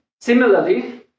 Similarly